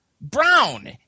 brown